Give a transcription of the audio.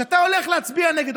כשאתה הולך להצביע נגד,